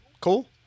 Cool